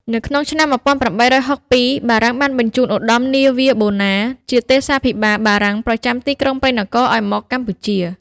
នៅក្នុងឆ្នាំ ១៨៦២បារាំងបានបញ្ជូនឧត្តមនាវីបូណា ជាទេសាភិបាលបារាំងប្រចាំទីក្រុងព្រៃនគរ ឲ្យមកកម្ពុជា។